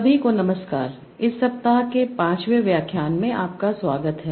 सभी को नमस्कार इस सप्ताह के पांचवें व्याख्यान में आपका स्वागत है